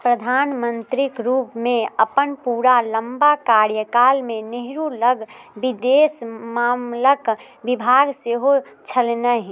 प्रधानमन्त्रीके रूपमे अपन पूरा लम्बा कार्यकालमे नेहरूलग विदेश मामिलाके विभाग सेहो छलनि